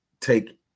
take